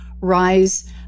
rise